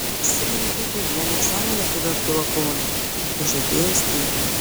užsiminėte apie vieną seną lietuvių achilo kulną įžaidėjų stygių